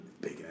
Big